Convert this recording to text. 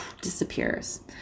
disappears